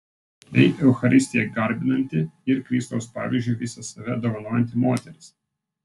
tai eucharistiją garbinanti ir kristaus pavyzdžiu visą save dovanojanti moteris